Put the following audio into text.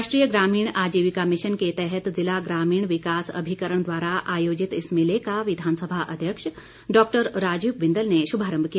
राष्ट्रीय ग्रमीण आजीविका मिशन के तहत जिला ग्रामीण विकास अभिकरण द्वारा आयोजित इस मेले का विधानसभा अध्यक्ष डॉक्टर राजीव बिंदल ने शुभारम्भ किया